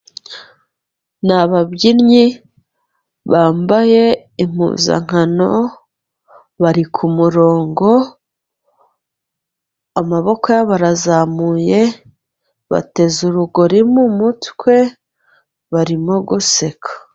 Ni ababyinnyi bambaye impuzankano bari k'umurongo amaboko yabo arazamuye bateze urugori mu mutwe barimo guseka.